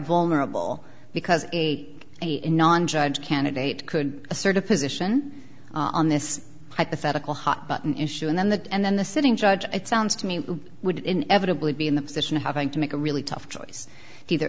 vulnerable because a non judge a candidate could assert a position on this hypothetical hot button issue and then the and then the sitting judge it sounds to me would inevitably be in the position of having to make a really tough choice either